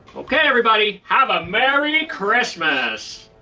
okay everybody, have a merry christmas!